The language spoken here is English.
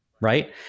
right